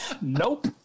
Nope